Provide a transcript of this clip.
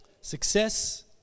Success